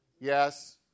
yes